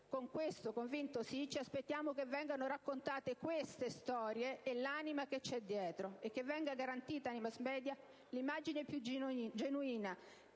sì alla mozione ci aspettiamo che vengano raccontate queste storie e l'anima che c'è dietro e che venga garantita nei *mass media* l'immagine più genuina